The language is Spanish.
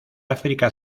áfrica